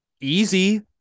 easy